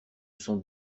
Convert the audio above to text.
sont